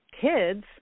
kids